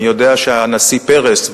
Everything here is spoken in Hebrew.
אני יודע שהנשיא פרס,